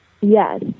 Yes